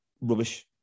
rubbish